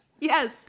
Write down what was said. Yes